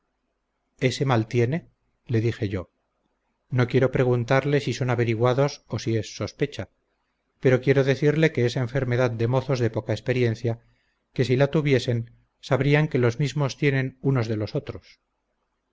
ese mal tiene le dije yo no quiero preguntarle si son averiguados o si es sospecha pero quiero decirle que es enfermedad de mozos de poca experiencia que si la tuviesen sabrían que los mismos tienen unos de los otros